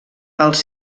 els